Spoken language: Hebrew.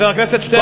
חבר הכנסת שטרן.